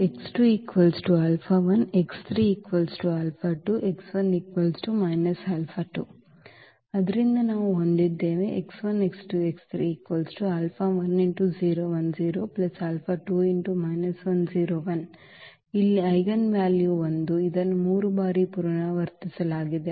So we have ಆದ್ದರಿಂದ ನಾವು ಹೊಂದಿದ್ದೇವೆ ಇಲ್ಲಿ ಐಜೆನ್ ವ್ಯಾಲ್ಯೂ 1 ಇದನ್ನು 3 ಬಾರಿ ಪುನರಾವರ್ತಿಸಲಾಗಿದೆ